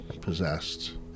possessed